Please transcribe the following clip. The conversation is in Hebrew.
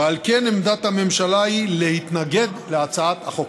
ועל כן עמדת הממשלה היא להתנגד להצעת החוק.